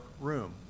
room